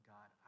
God